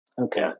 okay